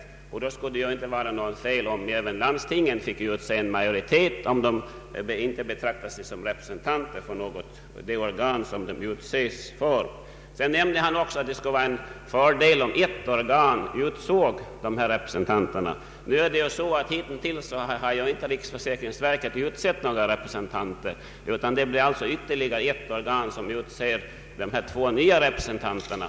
Under sådana förhållanden skulle det väl inte vara något fel att landstingen fick utse majoriteten av ledamöter, om de nu inte betraktar sig som representanter för det organ för vilket de utses. Herr förste vice talmannen ansåg också att det skulle vara en fördel om ett enda organ utsåg dessa representanter. Nu har ju hitintills riksförsäkringsverket inte utsett några representanter. Här tillkommer alltså ett organ som skulle utse de två nya representanterna.